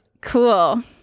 Cool